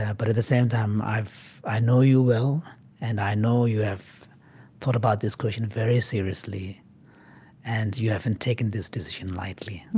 yeah but at the same time, i know you well and i know you have thought about this question very seriously and you haven't taken this decision lightly.